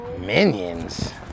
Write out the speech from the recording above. Minions